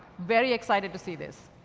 very excited to see this.